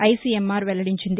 ICMR వెల్లడించింది